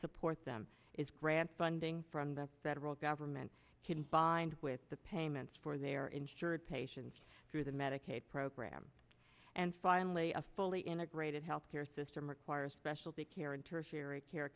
support them is grant funding from the federal government can bind with the payments for their insured patients through the medicaid program and finally a fully integrated health care system requires specialty care and ter